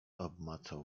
obmacał